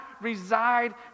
reside